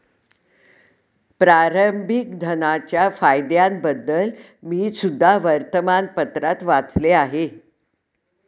प्रारंभिक धनाच्या फायद्यांबद्दल मी सुद्धा वर्तमानपत्रात वाचले आहे